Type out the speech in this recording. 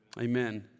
Amen